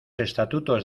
estatutos